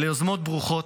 אלה יוזמות ברוכות.